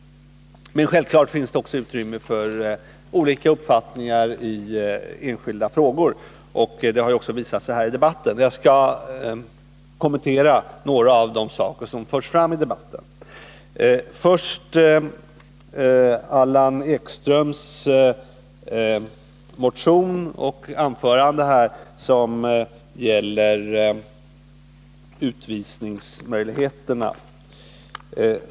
Men självfallet finns det utrymme för olika uppfattningar i enskilda frågor, och det har också visat sig här i debatten. Jag skall kommentera några av de saker som förts fram i den. Först Allan Ekströms motion och anförande, som gäller utvisningsmöjligheterna.